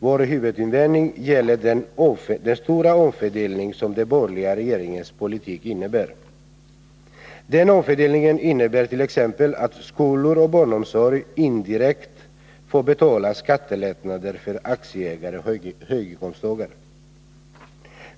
Vår huvudinvändning gäller den stora omfördelning som den borgerliga regeringens politik innebär. Den omfördelningen innebär t.ex. att skolor och barnomsorg indirekt får betala skattelättnader för aktieägare och höginkomsttagare.